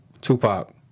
Tupac